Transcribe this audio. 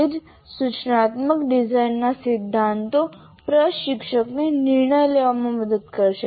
તે જ સૂચનાત્મક ડિઝાઇનના સિદ્ધાંતો પ્રશિક્ષકને નિર્ણય લેવામાં મદદ કરશે